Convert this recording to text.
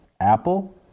Apple